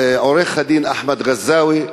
עורך-דין אחמד גזאווי,